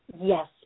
Yes